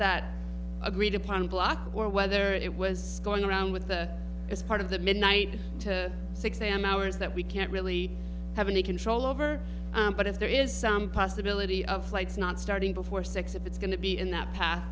that agreed upon block or whether it was going around with the as part of the midnight to six am hours that we can't really have any control over but if there is some possibility of flights not starting before six if it's going to be in that pa